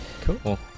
cool